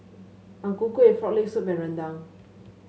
Ang Ku Kueh Frog Leg Soup rendang